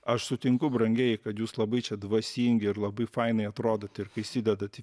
aš sutinku brangieji kad jūs labai čia dvasingi ir labai fainai atrodot ir kai įsidedat į